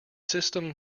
system